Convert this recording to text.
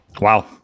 wow